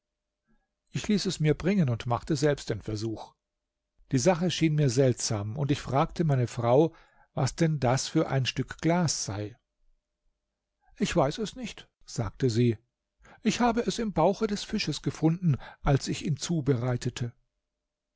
ich ließ es mir bringen und machte selbst den versuch die sache schien mir seltsam und ich fragte meine frau was denn das für ein stück glas sei ich weiß es nicht sagte sie ich habe es im bauche des fisches gefunden als ich ihn zubereitete